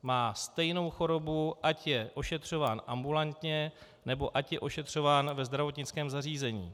Má stejnou chorobu, ať je ošetřován ambulantně, nebo ať je ošetřován ve zdravotnickém zařízení.